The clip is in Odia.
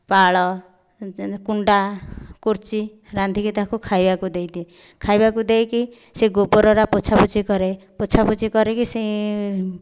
ପାଳ ଯେମିତି କୁଣ୍ଡା କୁର୍ଚି ରାନ୍ଧିକି ତାକୁ ଖାଇବାକୁ ଦେଇଦିଏ ଖାଇବାକୁ ଦେଇକି ସେ ଗୋବରଗୁଡ଼ା ପୋଛାପୋଛି କରେ ପୋଛାପୋଛି କରିକି ସେଇ